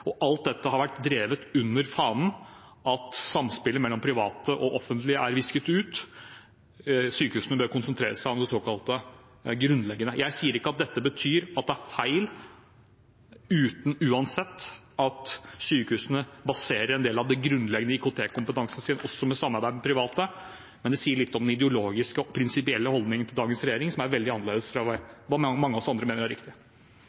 Alt dette har vært drevet under fanen at samspillet mellom private og offentlige er visket ut – sykehusene bør konsentrere seg om det såkalt grunnleggende. Jeg sier ikke at det betyr at det er feil – foruten at sykehusene uansett baserer en del av den grunnleggende IKT-kompetansen sin også på samarbeid med private – men det sier litt om den ideologiske og prinsipielle holdningen til dagens regjering, som er veldig annerledes enn det mange av oss andre mener er riktig.